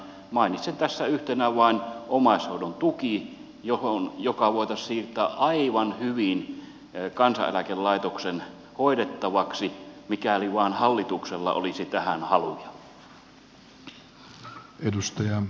mainitsen tässä yhtenä vain omaishoidon tuen joka voitaisiin siirtää aivan hyvin kansaneläkelaitoksen hoidettavaksi mikäli vain hallituksella olisi tähän haluja